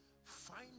Find